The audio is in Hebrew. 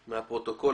ולעבוד.